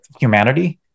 humanity